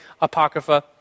apocrypha